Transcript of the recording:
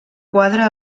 quadre